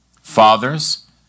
Fathers